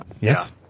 Yes